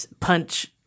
punch